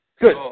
Good